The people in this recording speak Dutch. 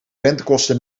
rentekosten